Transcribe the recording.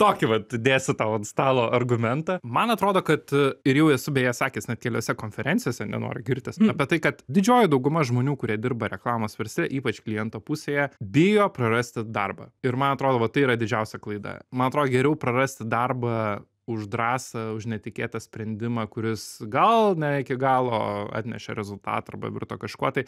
tokį vat dėsiu tau ant stalo argumentą man atrodo kad ir jau esu beje sakęs net keliose konferencijose nenoriu girtis apie tai kad didžioji dauguma žmonių kurie dirba reklamos versle ypač kliento pusėje bijo prarasti darbą ir man atrodo vat tai yra didžiausia klaida man atrodo geriau prarasti darbą už drąsą už netikėtą sprendimą kuris gal ne iki galo atnešė rezultatą arba virto kažkuo tai